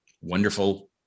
wonderful